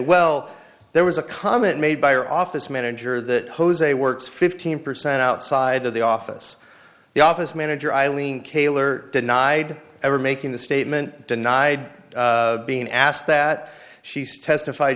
well there was a comment made by our office manager that jose works fifteen percent outside of the office the office manager eileen kaylor denied ever making the statement deny being asked that she's testif